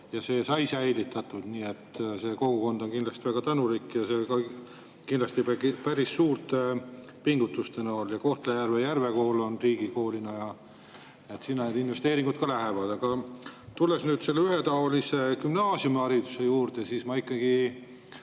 ja see sai säilitatud. Nii et see kogukond on kindlasti väga tänulik. See tuli kindlasti päris suurte pingutustega. Kohtla-Järve Järve Kool on samuti riigikool ja sinna need investeeringud ka lähevad. Aga tulles nüüd selle ühetaolise gümnaasiumihariduse juurde, ma ikkagi